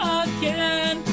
again